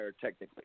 technically